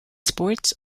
sports